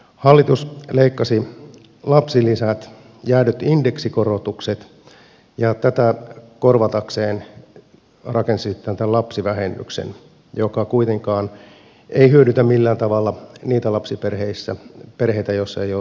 hallitus leikkasi lapsilisät jäädytti indeksikorotukset ja tätä korvatakseen rakensi sitten tämän lapsivähennyksen joka kuitenkaan ei hyödytä millään tavalla niitä lapsiperheitä joilla ei ole työtuloa